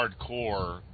hardcore